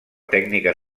tècnica